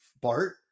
Bart